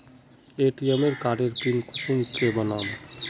ATM कार्डेर PIN कुंसम के बनाम?